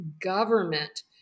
government